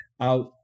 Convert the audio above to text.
out